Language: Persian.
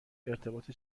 ارتباط